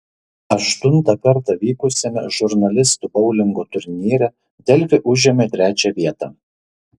aštuntą kartą vykusiame žurnalistų boulingo turnyre delfi užėmė trečią vietą